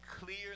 clear